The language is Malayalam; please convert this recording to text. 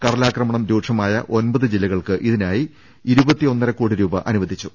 കടലാക്രമണം രൂക്ഷമായ ഒൻപത് ജില്ലകൾക്ക് ഇതിനായി ഇരുപത്തി ഒന്നര കോടി രൂപ അനുവദിച്ചു